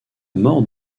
mort